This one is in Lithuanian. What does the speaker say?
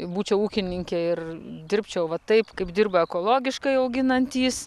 būčiau ūkininkė ir dirbčiau va taip kaip dirba ekologiškai auginantys